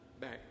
back